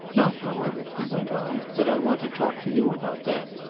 not, however, he went on, that i want to talk to you about that.